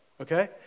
Okay